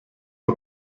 fel